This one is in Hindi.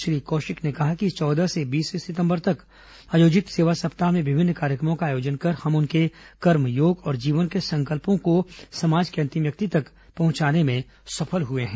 श्री कौशिक ने कहा कि चौदह से बीस सितंबर तक आयोजित सेवा सप्ताह में विभिन्न कार्यक्रमों का आयोजन कर हम उनके कर्मयोग और जीवन के संकल्पों को समाज के अंतिम व्यक्ति तक पहंचाने में सफल हए हैं